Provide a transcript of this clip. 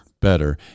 better